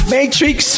Matrix